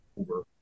over